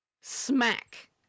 smack